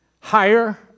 higher